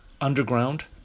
Underground